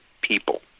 people